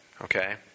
Okay